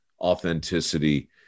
authenticity